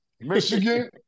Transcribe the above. Michigan